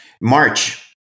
March